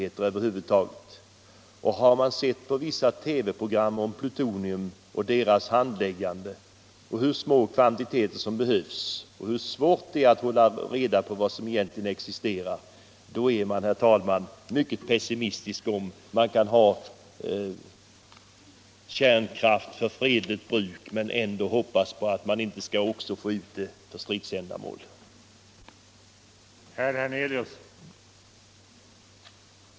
Efter att ha sett vissa TV-program om hanteringen av plutonium, som klarlagt hur små kvantiteter som behövs och hur svårt det är att hålla reda på vilka mängder som egentligen existerar är man, herr talman, mycket pessimistisk inför möjligheterna att ha kärnkraft för fredligt bruk och samtidigt undvika att plutonium också kommer ut för användning I stridssammanhang.